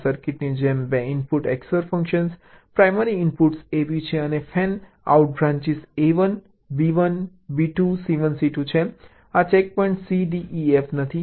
આ સર્કિટની જેમ 2 input XOR function primary inputs A B છે અને fanout branches A1 2 B1 B2 C1 C2 છે આ checkpoints C D E F નથી